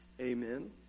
Amen